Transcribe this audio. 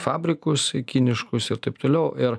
fabrikus kiniškus ir taip toliau ir